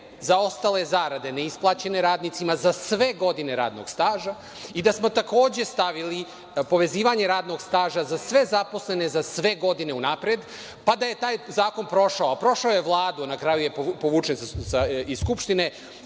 zaostale zarade ne isplaćene radnicima za sve godine radnog staža i da smo takođe stavili povezivanje radnog staža za sve zaposlene, za sve godine unapred, pa da je taj zakon prošao. Prošao je Vladu, na kraju je povučen iz Skupštine,